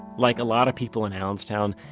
like a lot of people in allenstown,